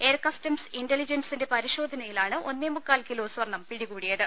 air customs ഇന്റലിജൻസിന്റെ പരിശോധനയിലാണ് ഒന്നേമുക്കാൽ കിലോ സ്വർണം പിടികൂടിയത്